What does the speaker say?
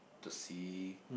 to see